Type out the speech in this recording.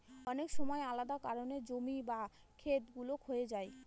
অনেক সময় আলাদা কারনে জমি বা খেত গুলো ক্ষয়ে যায়